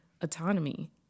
autonomy